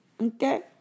Okay